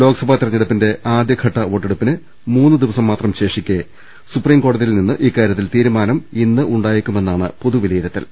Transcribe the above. ലോക്സഭാ തെരഞ്ഞെടുപ്പിന്റെ ആദ്യഘട്ട വോട്ടെടുപ്പിന് മൂന്നു ദിവസം മാത്രം ശേഷിക്കെ സുപ്രീം കോടതിയിൽ നിന്ന് ഇക്കാര്യത്തിൽ തീരു മാനം ഉണ്ടായേക്കുമെന്നാണ് പൊതുവിലയിരുത്തൽ